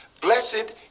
Blessed